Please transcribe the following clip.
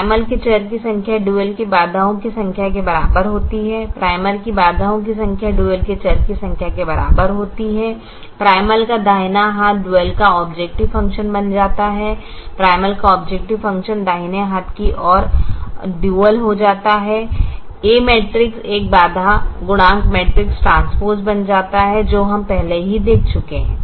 primal के चर की संख्या डुअल की बाधाओं की संख्या के बराबर होती है प्राइमल की बाधाओं की संख्या डुअल के चर की संख्या के बराबर होती है प्राइमल का दाहिना हाथ डुअल का ऑबजेकटिव फ़ंक्शन बन जाता है प्राइमल का ऑबजेकटिव फ़ंक्शन दाहिने हाथ की ओर डुअल हो जाता है ए मैट्रिक्स एक बाधा गुणांक मैट्रिक्स ट्रान्स्पोज़ बन जाता है जो हम पहले ही देख चुके हैं